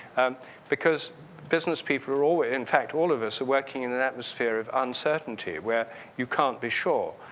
because business people are all ah in fact, all of us are working in an atmosphere of uncertainty where you can't be sure.